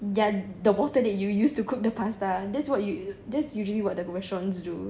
ya the water that you use to cook the pasta that's usually what the restaurants do